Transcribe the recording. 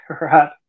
right